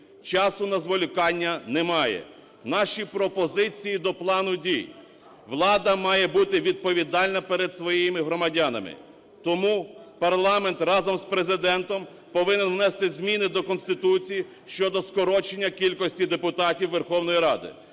Часу на зволікання немає. Наші пропозиції до плану дій. Влада має бути відповідальна перед своїми громадянами, тому парламент разом з Президентом повинен внести зміни до Конституції щодо скорочення кількості депутатів Верховної Ради.